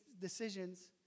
decisions